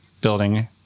building